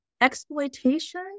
exploitation